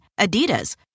Adidas